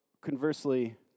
conversely